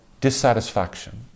dissatisfaction